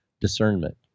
discernment